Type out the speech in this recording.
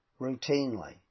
routinely